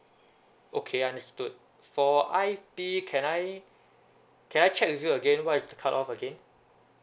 okay understood for I_P can I can I check with you again what is the cut off again